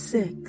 Six